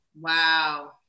Wow